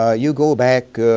ah you go back,